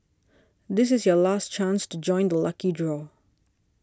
this is your last chance to join the lucky draw